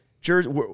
jersey